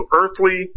earthly